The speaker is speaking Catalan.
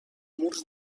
murs